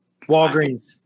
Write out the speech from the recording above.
Walgreens